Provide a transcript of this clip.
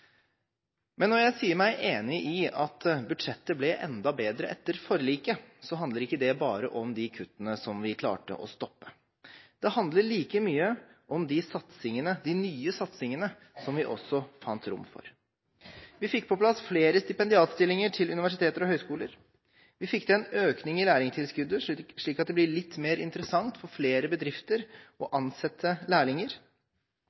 Men når jeg sier meg enig i at budsjettet ble enda bedre etter forliket, handler ikke det bare om de kuttene som vi klarte å stoppe. Det handler like mye om de satsingene, de nye satsingene, som vi også fant rom for. Vi fikk på plass flere stipendiatstillinger til universiteter og høgskoler. Vi fikk til en økning i lærlingtilskuddet, slik at det blir litt mer interessant for flere bedrifter å